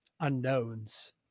unknowns